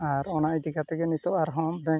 ᱟᱨ ᱚᱱᱟ ᱤᱫᱤᱠᱟᱛᱮᱜᱮ ᱱᱤᱛᱚᱜ ᱟᱨᱦᱚᱸ ᱵᱟᱝᱠ